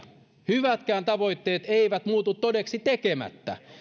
hyvätkään tavoitteet eivät muutu todeksi tekemättä